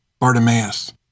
Bartimaeus